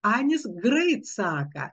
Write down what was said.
anis grait saka